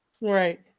Right